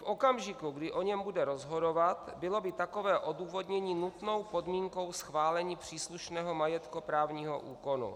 V okamžiku, kdy o něm bude rozhodovat, bylo by takové odůvodnění nutnou podmínkou schválení příslušného majetkoprávního úkonu?